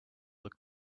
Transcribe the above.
look